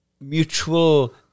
mutual